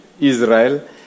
Israel